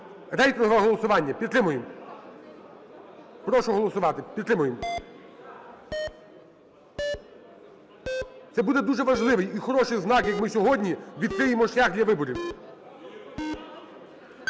Рейтингове голосування підтримуємо. Прошу голосувати. Підтримуємо. Це буде дуже важливий і хороший знак, як ми сьогодні відкриємо шлях для виборів.